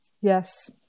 Yes